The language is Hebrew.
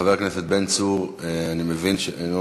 חבר הכנסת בן צור, אינו נוכח.